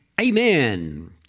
Amen